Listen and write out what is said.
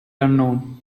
unknown